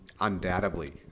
undoubtedly